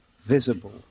visible